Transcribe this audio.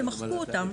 הם מחקו אותם.